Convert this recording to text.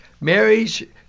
marriage